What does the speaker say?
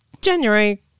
January